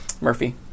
Murphy